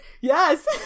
Yes